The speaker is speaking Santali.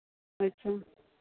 ᱟᱪᱪᱷᱟ